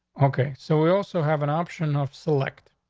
okay, so we also have an option of select.